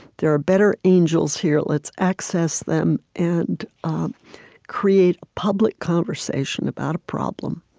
there are better angels here. let's access them and create public conversation about a problem,